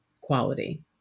quality